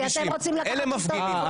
אלה מפגינים,